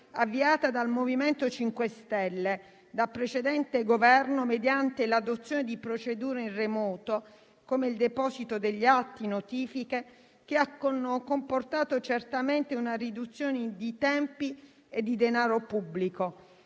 avviata dal MoVimento 5 Stelle e dal precedente Governo, mediante l'adozione di procedure in remoto, come il deposito di atti e notifiche, che ha comportato certamente una riduzione di tempi e di denaro pubblico.